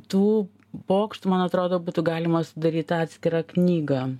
tų pokštų man atrodo būtų galima sudaryt atskirą knygą